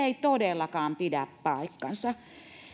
ei todellakaan pidä paikkaansa